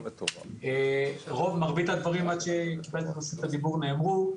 מרבית הדברים נאמרו.